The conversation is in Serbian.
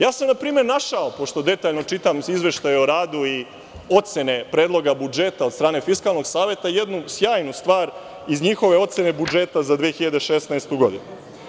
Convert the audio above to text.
Na primer, našao sam, pošto detaljno čitam izveštaje o radu i ocene predloga budžeta od strane Fiskalnog saveta, jednu sjajnu stvar iz njihove ocene budžeta za 2016. godinu.